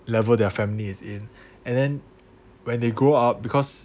level their family is in and then when they grow up because